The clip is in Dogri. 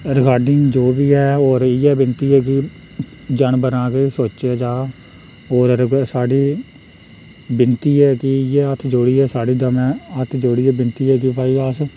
रिकार्डिंग जो बी ऐ हो रेही ऐ इ'यै विनती ऐ कि जानवरें दा किश सोचेआ जा होर साढ़ी विनती ऐ कि इ'यै हत्थ जोड़ियै साढ़ी दमैं हत्थ जोड़ियै विनती ऐ कि भई अस